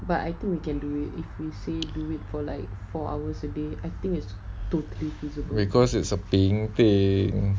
because it's a paying thing